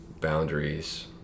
boundaries